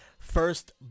first